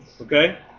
okay